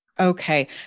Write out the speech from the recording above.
Okay